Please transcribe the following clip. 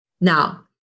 Now